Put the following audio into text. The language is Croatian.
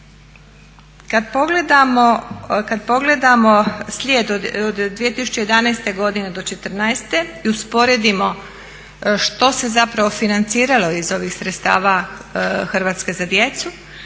Kad pogledamo slijed od 2011.godine do 2014.i usporedimo što se zapravo financiralo iz ovih sredstava Hrvatske za djecu